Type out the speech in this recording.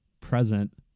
present